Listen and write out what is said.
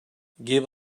give